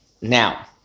Now